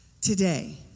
Today